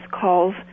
calls